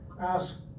ask